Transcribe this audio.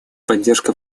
поддержка